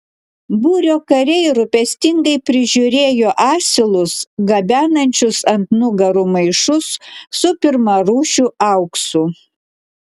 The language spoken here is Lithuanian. būrio kariai rūpestingai prižiūrėjo asilus gabenančius ant nugarų maišus su pirmarūšiu auksu